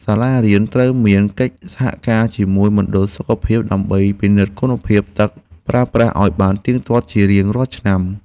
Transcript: សាលារៀនត្រូវមានកិច្ចសហការជាមួយមណ្ឌលសុខភាពដើម្បីពិនិត្យគុណភាពទឹកប្រើប្រាស់ឱ្យបានទៀងទាត់ជារៀងរាល់ឆ្នាំ។